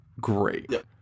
great